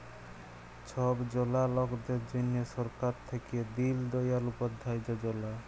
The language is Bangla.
ছব জলা লকদের জ্যনহে সরকার থ্যাইকে দিল দয়াল উপাধ্যায় যজলা